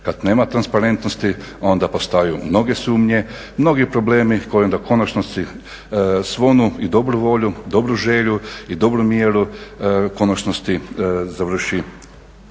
Kad nema transparentnosti onda postoje mnoge sumnje, mnogi problemi koji onda u konačnici svu onu dobru volju i dobru želju i dobru mjeru u konačnici završi